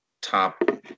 top